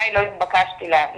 לא התבקשתי להביא.